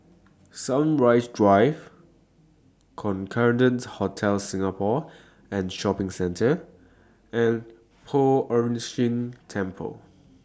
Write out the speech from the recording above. Sunrise Drive Concorde Hotel Singapore and Shopping Centre and Poh Ern Shih Temple